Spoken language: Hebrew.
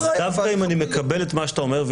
אז דווקא אם אני מקבל את מה שאתה אומר,